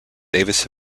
davis